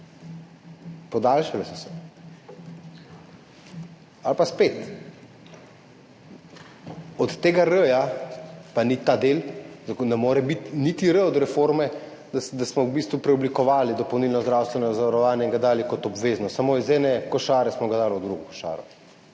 Podaljšale so se. Ali pa spet, od tega r-ja, pa ni ta del, ne more biti niti r od reforme, da smo v bistvu preoblikovali dopolnilno zdravstveno zavarovanje in ga dali kot obvezno, samo iz ene košare smo ga dali v drugo košaro.